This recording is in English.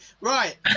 right